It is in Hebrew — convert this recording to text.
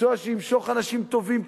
מקצוע שימשוך אנשים טובים פנימה.